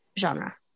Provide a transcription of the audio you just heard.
genre